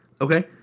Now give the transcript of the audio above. Okay